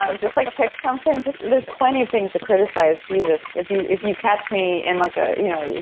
and just like pick something. just there's plenty of things to criticize, jesus, if you if you catch me in like a you know,